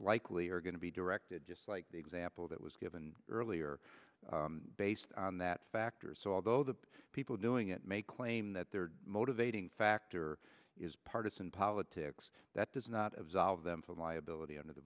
likely are going to be directed just like the example that was given earlier based on that factors so although the people doing it may claim that their motivating factor is partisan politics that does not absolve them from liability under the